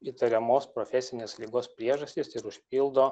įtariamos profesinės ligos priežastis ir užpildo